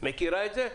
את מכירה את זה?